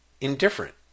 indifferent